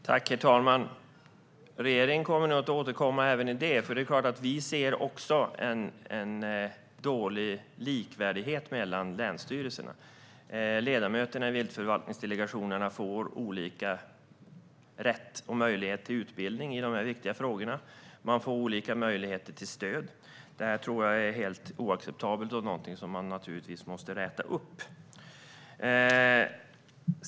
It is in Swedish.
Herr talman! Regeringen kommer nog att återkomma även i den frågan, för det är klart att vi också ser en dålig likvärdighet mellan länsstyrelserna. Ledamöterna i viltförvaltningsdelegationerna får olika rätt och möjlighet till utbildning i dessa viktiga frågor och olika möjlighet till stöd. Detta tror jag är helt oacceptabelt och något som man naturligtvis måste rätta till.